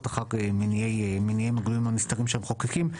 אחר מניעים גלויים או נסתרים של מחוקקים,